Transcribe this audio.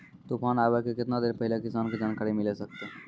तूफान आबय के केतना देर पहिले किसान के जानकारी मिले सकते?